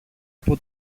από